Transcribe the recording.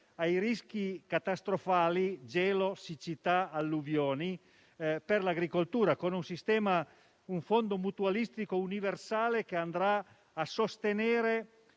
ai rischi catastrofali (gelo, siccità e alluvioni) per l'agricoltura, con un fondo mutualistico universale che andrà a sostenere